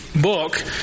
book